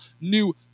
new